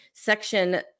Section